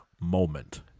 moment